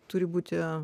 turi būti